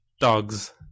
dogs